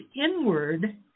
inward